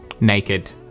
Naked